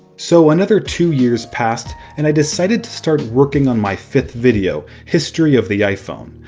so another two years past and i decided to start working on my fifth video, history of the iphone.